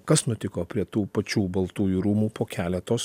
kas nutiko prie tų pačių baltųjų rūmų po keleto